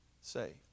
saved